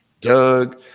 Doug